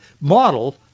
model